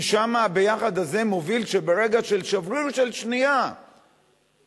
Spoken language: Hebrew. כי שם ה"ביחד" הזה מוביל שבשבריר של שנייה אדם